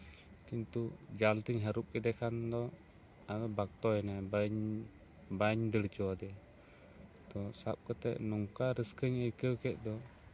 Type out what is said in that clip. ᱠᱤᱱᱛᱩ ᱡᱟᱞᱛᱤᱧ ᱦᱟᱨᱩᱵ ᱠᱮᱫᱮ ᱠᱷᱟᱱ ᱫᱚ ᱟᱫᱚ ᱵᱟᱠᱛᱚ ᱭᱮᱱᱟᱭ ᱵᱟᱧ ᱫᱟᱹᱲ ᱦᱚᱪᱚ ᱟᱫᱮᱭᱟ ᱛᱚ ᱥᱟᱵ ᱠᱟᱛᱮᱜ ᱱᱚᱝᱠᱟ ᱨᱟᱹᱥᱠᱟᱹᱧ ᱟᱭᱠᱟᱹᱣ ᱠᱮᱜ ᱫᱚ